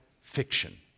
fiction